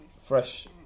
fresh